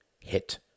hit